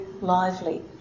lively